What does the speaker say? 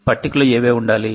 పట్టిక లో ఏవేవి ఉండాలి